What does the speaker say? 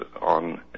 on